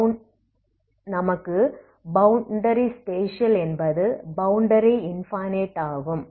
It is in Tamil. மேலும் நமக்கு பௌண்டரி ஸ்பேஷியல் என்பது பௌண்டரி இன்பனைட் ஆகும்